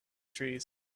trees